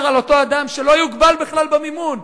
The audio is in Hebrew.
על-ידי אותו אדם שלא יוגבל בכלל במימון.